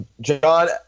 John